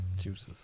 Juices